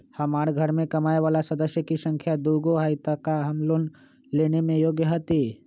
हमार घर मैं कमाए वाला सदस्य की संख्या दुगो हाई त हम लोन लेने में योग्य हती?